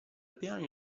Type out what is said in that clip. piani